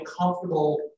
comfortable